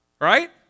Right